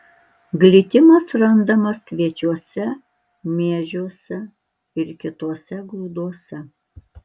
glitimas randamas kviečiuose miežiuose ir kituose grūduose